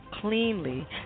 cleanly